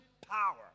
power